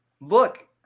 look